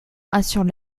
assurent